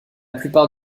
plupart